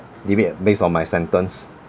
giving based on my sentence